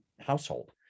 household